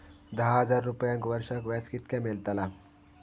दहा हजार रुपयांक वर्षाक व्याज कितक्या मेलताला?